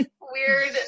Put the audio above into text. weird